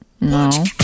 No